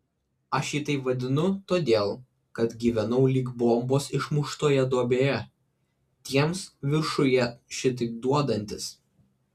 aš jį taip vadinu todėl kad gyvenau lyg bombos išmuštoje duobėje tiems viršuje šitaip duodantis